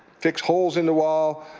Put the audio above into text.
fix holes in the wall,